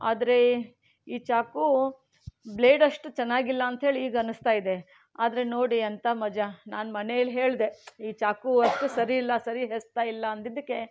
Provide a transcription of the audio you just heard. ಆದ್ರೆ ಈ ಚಾಕು ಬ್ಲೇಡ್ ಅಷ್ಟು ಚೆನ್ನಾಗಿಲ್ಲ ಅಂಥೇಳಿ ಈಗ ಅನ್ನಿಸ್ತಾ ಇದೆ ಆದರೆ ನೋಡಿ ಎಂಥ ಮಜಾ ನಾನು ಮನೇಲಿ ಹೇಳಿದೆ ಈ ಚಾಕು ಅಷ್ಟು ಸರಿ ಇಲ್ಲ ಸರಿ ಹೆಚ್ತಾ ಇಲ್ಲ ಅಂದಿದ್ದಕ್ಕೆ